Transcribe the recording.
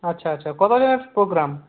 আচ্ছা আচ্ছা কতদিনের প্রোগ্রাম